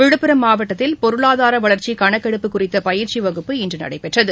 விழுப்புரம் மாவட்டத்தில் பொருளாதார வளர்ச்சி கணக்கெடுப்பு குறித்த பயிற்சி வகுப்பு இன்று நடைபெற்றது